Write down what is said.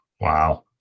Wow